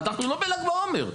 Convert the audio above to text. אנחנו לא בל"ג בעומר.